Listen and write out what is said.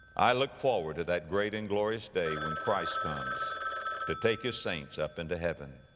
i look forward to that great and glorious day when christ comes to take his saints up into heaven.